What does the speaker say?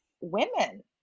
women